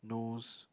nose